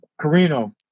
Carino